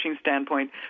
standpoint